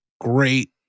great